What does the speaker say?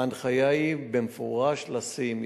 ההנחיה היא במפורש לשים.